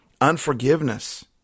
Unforgiveness